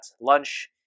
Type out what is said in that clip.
lunch